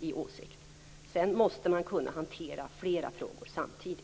i åsikt. Sedan måste man kunna hantera flera frågor samtidigt.